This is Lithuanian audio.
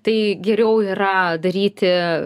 tai geriau yra daryti